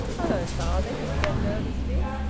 hello, father! he began nervously.